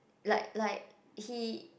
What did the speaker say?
like like he